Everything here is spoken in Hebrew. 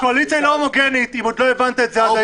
הקואליציה לא הומוגנית, אם לא הבנת את זה עד היום.